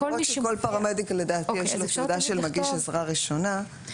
לכול פרמדיק לדעתי יש תעודה של מגיש עזרה ראשונה,